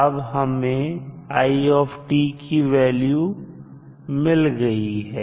अब हमें i की वैल्यू मिल गई है